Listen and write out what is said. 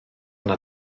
yna